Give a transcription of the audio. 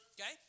Okay